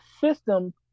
system